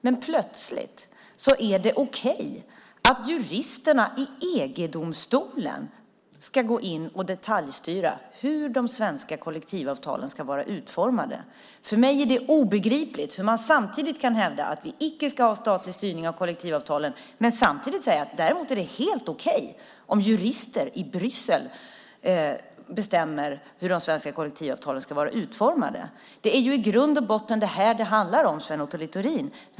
Men plötsligt är det okej att juristerna i EG-domstolen ska gå in och detaljstyra hur de svenska kollektivavtalen ska vara utformade. För mig är det obegripligt hur man kan hävda att vi icke ska ha statlig styrning av kollektivavtalen men samtidigt säga att det däremot är helt okej om jurister i Bryssel bestämmer hur de svenska kollektivavtalen ska vara utformade. Det är i grund och botten detta det handlar om, Sven Otto Littorin.